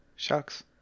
Shucks